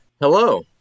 Hello